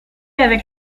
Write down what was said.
avec